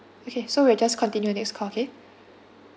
okay so we'll just continue next call okay